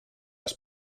has